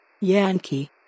Yankee